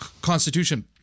Constitution